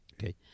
Okay